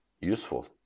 useful